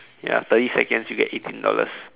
ya thirty seconds you get eighteen dollars